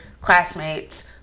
classmates